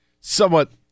somewhat